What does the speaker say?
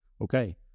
Okay